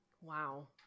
Wow